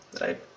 right